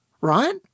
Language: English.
right